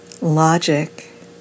logic